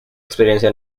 experiencia